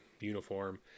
uniform